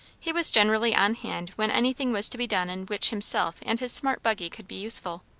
he was generally on hand when anything was to be done in which himself and his smart buggy could be useful.